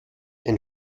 ein